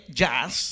jazz